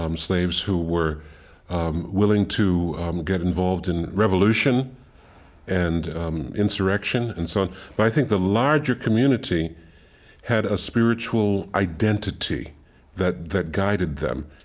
um slaves who were willing to get involved in revolution and um insurrection and so on. but i think the larger community had a spiritual identity that that guided them